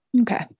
Okay